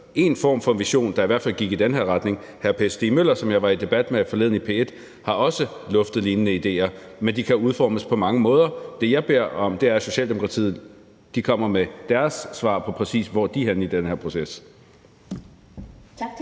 én form for vision, der i hvert fald gik i den her retning, og hr. Per Stig Møller, som jeg var i debat med forleden i P1, har også luftet lignende idéer. Men de kan udformes på mange måder. Det, jeg beder om, er, at Socialdemokratiet kommer med deres svar på, præcis hvor de er henne i den her proces.